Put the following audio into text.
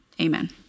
Amen